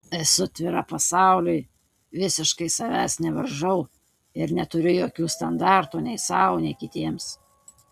esu atvira pasauliui visiškai savęs nevaržau ir neturiu jokių standartų nei sau nei kitiems